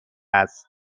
است